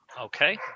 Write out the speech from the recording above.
Okay